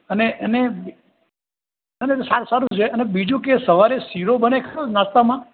અને એને ના ના એટલે સારું સારું છે અને બીજું કે સવારે શીરો બને ખરો નાસ્તામાં